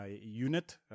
UNIT